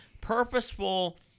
purposeful